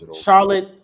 Charlotte